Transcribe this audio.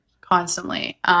constantly